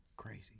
Crazy